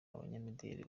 abanyamideli